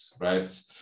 right